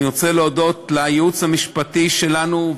אני רוצה להודות לייעוץ המשפטי שלנו,